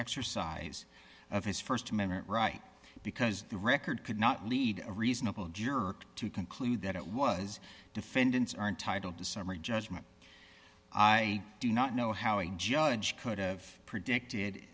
exercise of his st amendment right because the record could not lead a reasonable jerk to conclude that it was defendants are entitled to summary judgment i do not know how a judge could have predicted